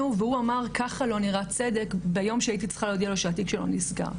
והוא אמר ככה לא נראה צדק ביום שהייתי צריכה להודיע לו שהתיק שלו נסגר,